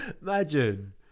Imagine